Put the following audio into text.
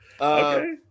Okay